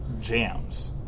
jams